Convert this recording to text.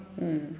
mm